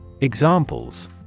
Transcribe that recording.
Examples